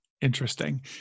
Interesting